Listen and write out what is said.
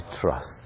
trust